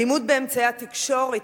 אלימות באמצעי התקשורת,